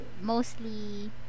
mostly